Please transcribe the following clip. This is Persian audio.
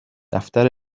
دفتر